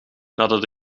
nadat